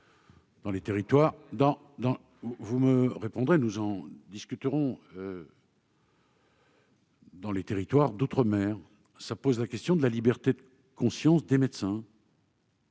dans les territoires d'outre-mer. Je pense à la question de la liberté de conscience des médecins.